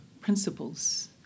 principles